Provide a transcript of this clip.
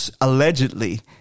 allegedly